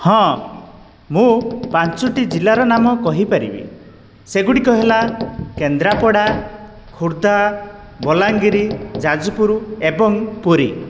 ହଁ ମୁଁ ପାଞ୍ଚଟି ଜିଲ୍ଲାର ନାମ କହିପାରିବି ସେଗୁଡ଼ିକ ହେଲା କେନ୍ଦ୍ରାପଡ଼ା ଖୋର୍ଦ୍ଧା ବଲାଙ୍ଗୀରି ଯାଜପୁର ଏବଂ ପୁରୀ